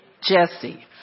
Jesse